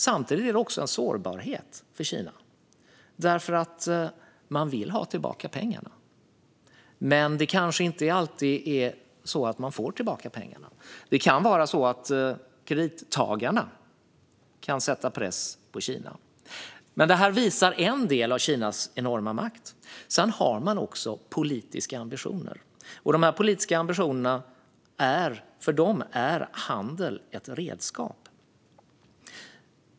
Samtidigt är det också en sårbarhet för Kina - man vill ha tillbaka pengarna, men det kanske inte alltid är så att man får tillbaka pengarna. Det kan vara så att kredittagarna kan sätta press på Kina. Detta visar dock en del av Kinas enorma makt. Man har också politiska ambitioner, och för dem är handel ett redskap.